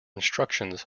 instructions